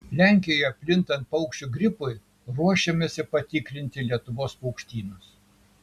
lenkijoje plintant paukščių gripui ruošiamasi patikrinti lietuvos paukštynus